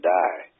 die